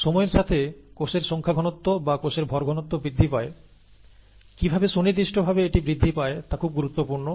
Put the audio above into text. সময়ের সাথে কোষের সংখ্যা ঘনত্ব বা কোষের ভর ঘনত্ব বৃদ্ধি পায় কিভাবে সুনির্দিষ্টভাবে এটি বৃদ্ধি পায় তা খুব গুরুত্বপূর্ণ